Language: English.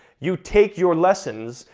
you take your lessons,